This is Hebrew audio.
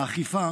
האכיפה